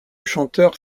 chanteur